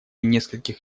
нескольких